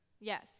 Yes